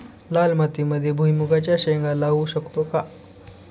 लाल मातीमध्ये भुईमुगाच्या शेंगा लावू शकतो का?